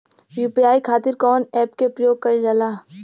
UPI खातीर कवन ऐपके प्रयोग कइलजाला?